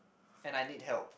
and I need help